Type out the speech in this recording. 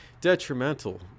detrimental